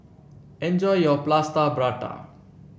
enjoy your Plaster Prata